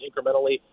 incrementally